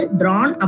drawn